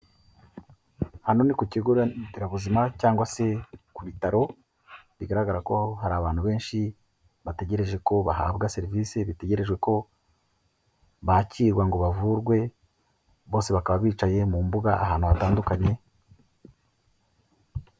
Hano ni ku kigo nderabuzima cyangwa se ku bitaro, bigaragara ko hari abantu benshi bategereje ko bahabwa serivisi bitegerejwe ko bakirwa ngo bavurwe, bose bakaba bicaye mu mbuga ahantu hatandukanye.